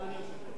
תודה רבה.